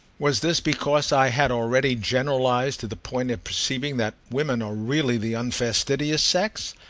was this because i had already generalised to the point of perceiving that women are really the unfastidious sex?